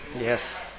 Yes